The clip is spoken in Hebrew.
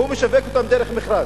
והוא משווק אותן דרך מכרז.